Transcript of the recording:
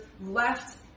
left